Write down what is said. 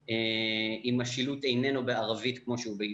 אם השילוט איננו בערבית כמו שהוא בעברית.